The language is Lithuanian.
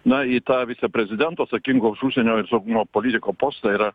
na į tą viceprezidento atsakingo už užsienio ir saugumo politiko postą yra